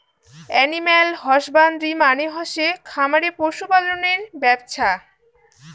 animal husbandry মানে হসে খামারে পশু পালনের ব্যপছা